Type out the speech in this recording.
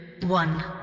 one